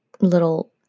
little